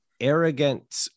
arrogant